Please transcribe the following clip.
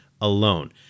alone